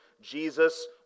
Jesus